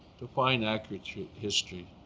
to find accurate history